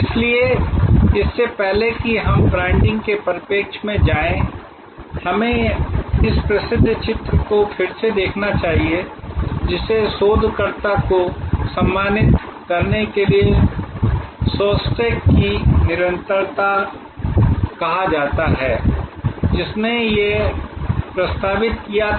इसलिए इससे पहले कि हम ब्रांडिंग के परिप्रेक्ष्य में जाएं हमें इस प्रसिद्ध चित्र को फिर से देखना चाहिए जिसे शोधकर्ता को सम्मानित करने के लिए 'शोस्टैक' की निरंतरता कहा जाता है जिसने यह प्रस्तावित किया था